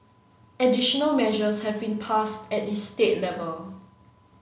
additional measures have been passed at the state level